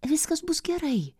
viskas bus gerai